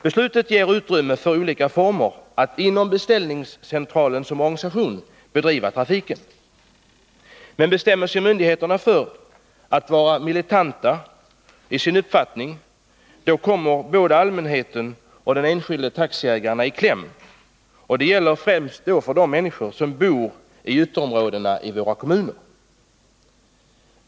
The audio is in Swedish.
Beslutet ger inom beställningscentralen som organisation utrymme för olika former när det gäller att bedriva trafiken. Men bestämmer sig myndigheterna för att vara militanta i sin uppfattning, då kommer både allmänheten och de enskilda taxiägarna i kläm. Det gäller främst de människor som bor i ytterområdena i våra kommuner.